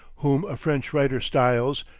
whom a french writer styles,